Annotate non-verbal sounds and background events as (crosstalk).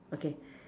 okay (breath)